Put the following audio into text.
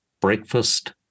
breakfast